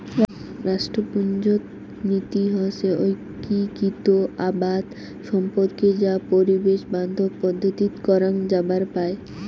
রাষ্ট্রপুঞ্জত নীতি হসে ঐক্যিকৃত আবাদ সম্পর্কে যা পরিবেশ বান্ধব পদ্ধতিত করাং যাবার পায়